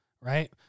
Right